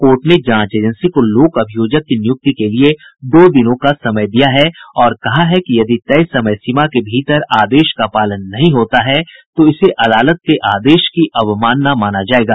court ने जांच agency को लोक अभियोजक की नियुक्ति के लिए दो दिनों का समय दिया है और कहा है कि यदि तय समय सीमा के भीतर आदेश का पालन नहीं होता है तो इसे अदालत के आदेश की अवमानना माना जायेगा